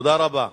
תודה רבה.